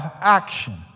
action